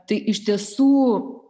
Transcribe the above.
tai iš tiesų